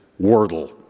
Wordle